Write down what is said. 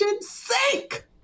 sink